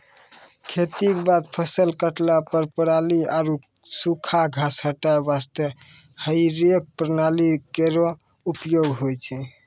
खेती क बाद फसल काटला पर पराली आरु सूखा घास हटाय वास्ते हेई रेक प्रणाली केरो उपयोग होय छै